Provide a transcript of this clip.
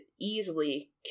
easily